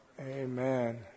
Amen